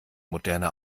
moderne